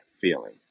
feeling